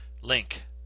Link